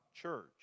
church